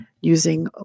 using